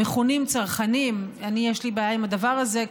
המכונים צרכנים, אני, יש לי בעיה עם הדבר הזה.